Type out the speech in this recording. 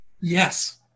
Yes